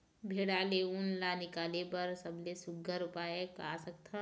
भेड़ा ले उन ला निकाले बर सबले सुघ्घर का उपाय कर सकथन?